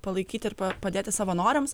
palaikyt ir padėti savanoriams